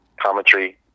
commentary